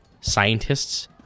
scientists